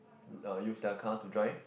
uh use their car to drive